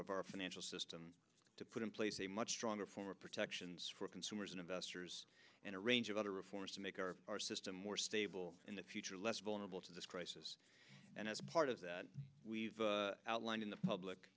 of our financial system to put in place a much stronger form of protections for consumers and investors and a range of other reforms to make our system more stable in the future less vulnerable to this crisis and as part of that we've outlined in the public